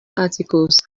articles